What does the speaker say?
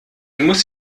muss